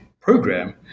program